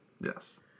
Yes